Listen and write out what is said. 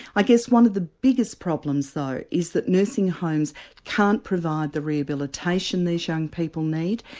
i guess one of the biggest problems though is that nursing homes can't provide the rehabilitation these young people need,